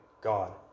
God